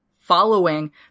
following